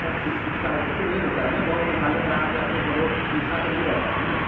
sir ये spicy तो नहीं होता है ना बहुत मसालेदार या फिर बहुत तीखा तो नहीं रहता है ना